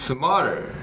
Smarter